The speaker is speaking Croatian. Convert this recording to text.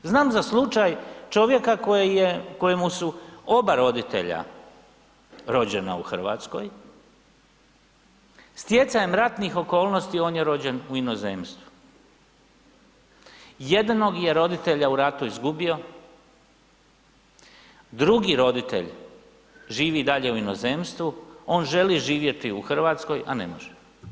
Znam za slučaj čovjeka kojemu su oba roditelja rođena u Hrvatskoj, stjecajem ratnih okolnosti on je rođen u inozemstvu, jednog je roditelja u ratu izgubio, drugi roditelj živi dalje u inozemstvu, on želi živjeti u Hrvatskoj, a ne može.